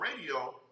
radio